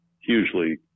hugely